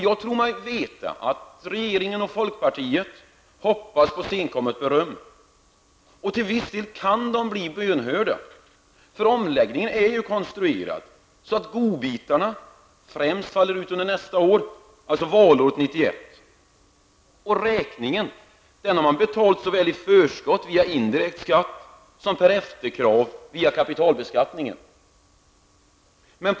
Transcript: Jag tror mig veta att regeringen och folkpartiet hoppas på senkommet beröm. Till viss del kan de bli bönhörda. Omläggningen är konstruerad så att godbitarna främst faller ut under nästa år, dvs. valåret 1991. Räkningen har betalats såväl i förskott via indirekt skatt som per efterkrav via kapitalbeskattningen.